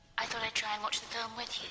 i thought i'd try and watch the film with